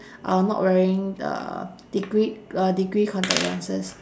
uh not wearing uh degreed uh degree contact lenses